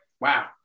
Wow